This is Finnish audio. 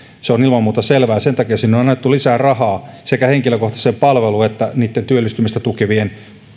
se on ilman muuta selvää sen takia sinne on annettu lisää rahaa sekä henkilökohtaiseen palveluun että työllistymistä tukevien